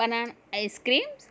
బన ice creams